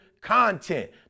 content